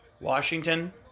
Washington